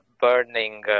Burning